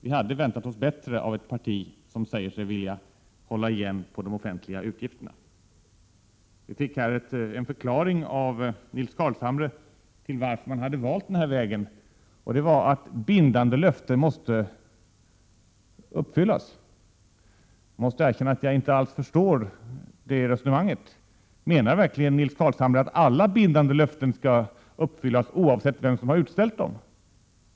Vi hade väntat oss bättre av ett parti som säger sig vilja hålla igen på de offentliga utgifterna. Vi fick av Nils Carlshamre en förklaring till att moderaterna hade valt denna väg, och det var att bindande löften skall uppfyllas. Jag måste erkänna att jag inte alls förstår det resonemanget. Menar verkligen Nils Carlshamre att alla bindande löften skall uppfyllas, oavsett vem som har utställt dem?